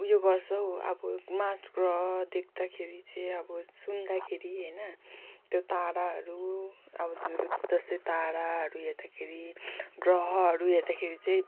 उयो गर्छ हौ अब मार्स ग्रह देख्दाखेरि चाहिँ अब सुन्दाखेरि होइन त्यो ताराहरू अब ध्रुव ताराहरू हेर्दाखेरि ग्रहहरू हेर्दाखेरि चाहिँ